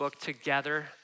together